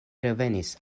revenis